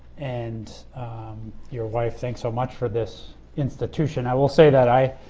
and your wife thanks so much for this institution. i will say that i